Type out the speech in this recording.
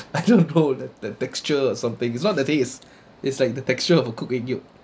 I don't know that that texture or something it's not that is is like the texture of cooked yolk